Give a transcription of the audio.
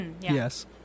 Yes